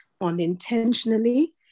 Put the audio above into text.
unintentionally